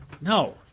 No